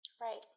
Right